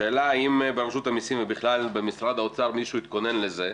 השאלה היא האם ברשות המיסים ובכלל במשרד האוצר מישהו התכונן לזה.